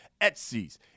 Etsy's